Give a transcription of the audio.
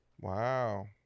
Wow